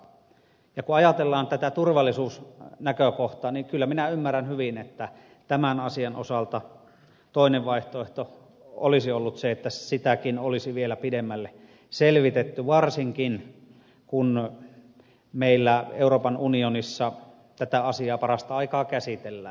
ja kun ajatellaan tätä turvallisuusnäkökohtaa niin kyllä minä ymmärrän hyvin että tämän asian osalta toinen vaihtoehto olisi ollut se että sitäkin olisi vielä pidemmälle selvitetty varsinkin kun meillä euroopan unionissa tätä asiaa parastaikaa käsitellään